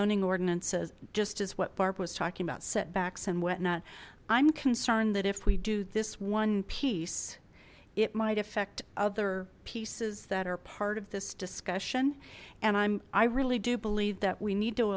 zoning ordinance says just as what barb was talking about setbacks and whatnot i'm concerned that if we do this one piece it might affect other pieces that are part of this disc and i'm i really do believe that we need to